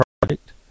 project